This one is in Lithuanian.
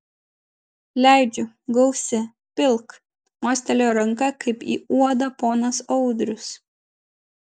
leidžiu gausi pilk mostelėjo ranka kaip į uodą ponas audrius